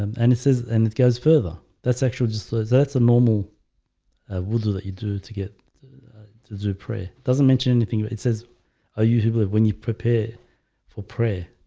um and it says and it goes further. that's actually just that's a normal would do that you do to get to do pray doesn't mention anything but it says are you when you prepare for prayer?